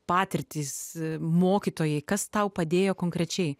patirtys mokytojai kas tau padėjo konkrečiai